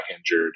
injured